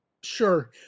Sure